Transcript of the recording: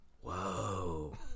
Whoa